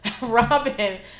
robin